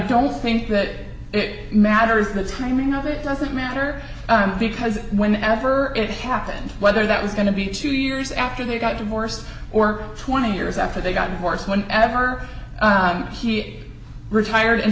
don't think that it matters the timing of it doesn't matter because whenever it happened whether that was going to be two years after they got divorced or twenty years after they got a horse whenever he retired and